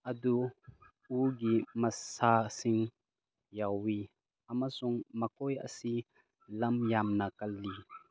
ꯑꯗꯨ ꯎꯒꯤ ꯃꯁꯥꯁꯤꯡ ꯌꯥꯎꯋꯤ ꯑꯃꯁꯨꯡ ꯃꯈꯣꯏ ꯑꯁꯤ ꯂꯝ ꯌꯥꯝꯅ ꯀꯜꯂꯤ